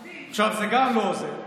עכשיו, זה גם לא עוזר.